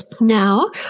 Now